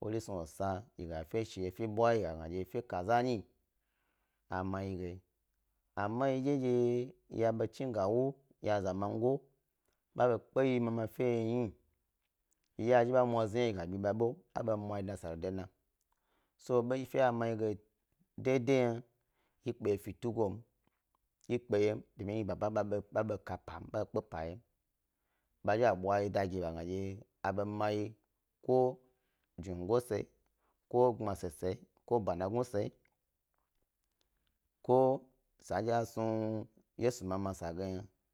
wori snug a snu yiga efe shi yi gna efe kazanyi a ma yi ge, amma yi dye ndye ba chi ga wu ya zamago ɓaɓe kpe yi mama fe ye hni yi ga zhi ba mwa zni yi ga ɓi ɓa ɓe, a ɓa ma mi dna esa dodo lona so fe a mayi ge daidai yna yi kpe ye fe tugom yi kpe yem domin yababa ɓa ka, ba kpe epa yem ba ɓe zhi ɓa bwa da gi yi ko a mayi jnago sayi, ko gbmase sayi ko bana gnu sa yi ko sandye asnu yesu mama sa ge yna.